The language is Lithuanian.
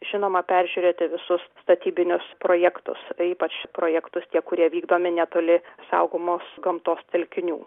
žinoma peržiūrėti visus statybinius projektus ypač projektus tie kurie vykdomi netoli saugomos gamtos telkinių